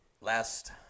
last